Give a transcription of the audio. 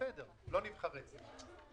בסדר, לא נבחרי ציבור.